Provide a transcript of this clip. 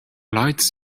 lights